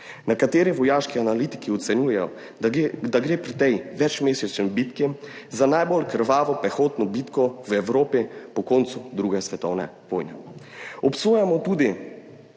Nekateri vojaški analitiki ocenjujejo, da da gre pri tej večmesečni bitki za najbolj krvavo pehotno bitko v Evropi po koncu druge svetovne vojne. Obsojamo tudi